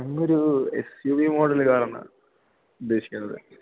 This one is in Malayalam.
ഞങ്ങൾ ഒരു എസ് യൂ വി മോഡല് കാറാണ് ഉദ്ദേശിക്കുന്നത്